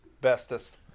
bestest